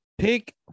Pick